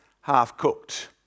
half-cooked